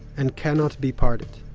and cannot be parted.